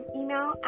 email